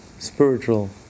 spiritual